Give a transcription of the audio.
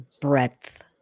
breadth